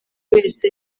wese